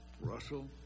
Russell